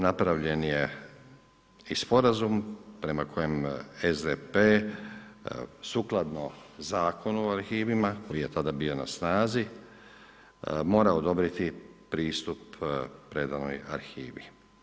Napravljen je i sporazum prema kojem SDP sukladno Zakonu o arhivima koji je tada bio na snazi mora odobriti pristup predanoj arhivi.